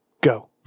go